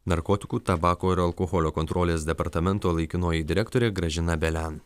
narkotikų tabako ir alkoholio kontrolės departamento laikinoji direktorė gražina belen